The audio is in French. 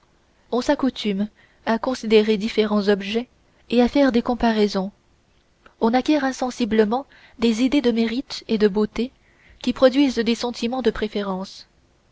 on s'accoutume à considérer différents objets et à faire des comparaisons on acquiert insensiblement des idées de mérite et de beauté qui produisent des sentiments de préférence